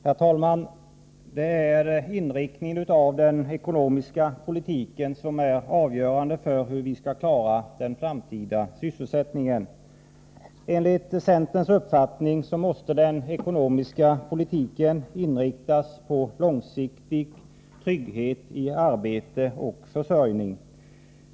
Herr talman! Det är inriktningen av den ekonomiska politiken som är avgörande för hur vi skall klara den framtida sysselsättningen. Enligt centerns uppfattning måste den ekonomiska politiken inriktas på långsiktig trygghet i arbete och försörjning.